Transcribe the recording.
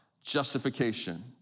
justification